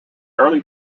early